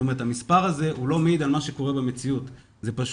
זאת אומרת,